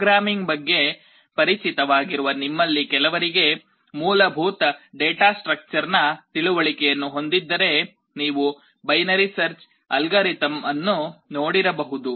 programming ಬಗ್ಗೆ ಪರಿಚಿತವಾಗಿರುವ ನಿಮ್ಮಲ್ಲಿ ಕೆಲವರಿಗೆ ಮೂಲಭೂತ ಡೇಟಾ ಸ್ಟ್ರಕ್ಚರ್ ನ ತಿಳುವಳಿಕೆಯನ್ನು ಹೊಂದಿದ್ದರೆ ನೀವು ಬೈನರಿ ಸರ್ಚ್ ಅಲ್ಗಾರಿದಮ್ ಅನ್ನು ನೋಡಿರಬಹುದು